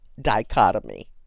dichotomy